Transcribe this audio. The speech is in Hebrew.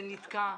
זה נתקע.